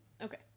Okay